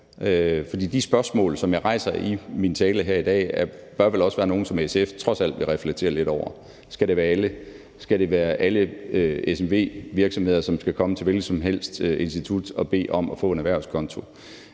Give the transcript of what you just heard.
fair. De spørgsmål, som jeg rejser i min tale i dag, bør vel også være nogle, som SF trods alt også vil reflektere lidt over. Skal det være alle SMV-virksomheder, som skal kunne komme til et hvilket som helst institut og bede om at få en erhvervskonto?